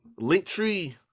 linktree